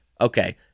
Okay